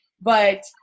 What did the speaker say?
but-